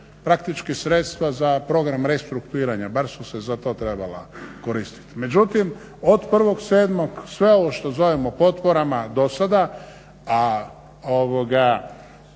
praktički sredstva za program restruktuiranja, bar su se za to trebala koristiti. Međutim, od 1.7. sve ovo što zovemo potporama do sada a od 1.7.